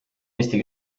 eesti